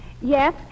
Yes